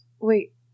Wait